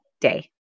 day